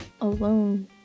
alone